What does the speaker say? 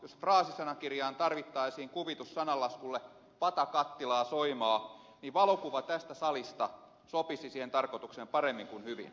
jos fraasisanakirjaan tarvittaisiin kuvitus sananlaskulle pata kattilaa soimaa niin valokuva tästä salista sopisi siihen tarkoitukseen paremmin kuin hyvin